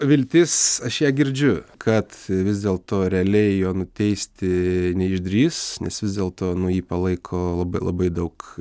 viltis aš ją girdžiu kad vis dėlto realiai jo nuteisti neišdrįs nes vis dėlto nu jį palaiko labai labai daug